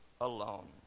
alone